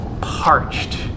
parched